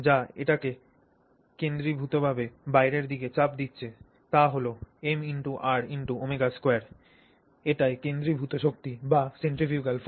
যা এটিকে কেন্দ্রীভূতভাবে বাইরের দিকে চাপ দিচ্ছে তা হল mrω2 এটিই কেন্দ্রীভূত শক্তি বা centrifugal force